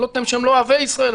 אני לא טוען שהם לא אוהבי ישראל.